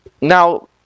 now